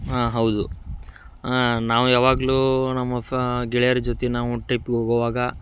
ಹಾಂ ಹೌದು ನಾವು ಯಾವಾಗಲೂ ನಮ್ಮ ಗೆಳೆಯರ ಜೊತೆ ನಾವು ಟ್ರಿಪ್ಗೆ ಹೋಗುವಾಗ